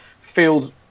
field